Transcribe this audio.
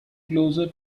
closer